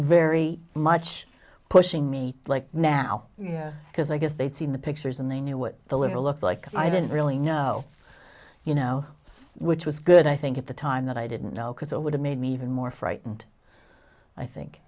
very much pushing me like now because i guess they'd seen the pictures and they knew what the little looked like i didn't really know you know which was good i think at the time that i didn't know because it would have made me even more frightened i think